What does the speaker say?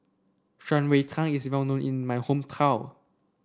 Shan Rui Tang is well known in my hometown